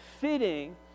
fitting